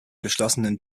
geschlossenen